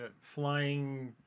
flying